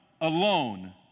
alone